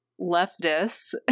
leftists